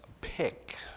pick